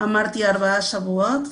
אמרתי ארבעה שבועות,